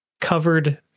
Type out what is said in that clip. Covered